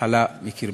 מחלה מקרבך".